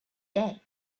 day